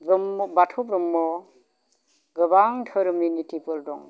ब्रह्म बाथौ ब्रह्म गोबां धोरोमनि नितिफोर दं